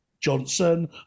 Johnson